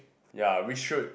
ya we should